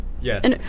Yes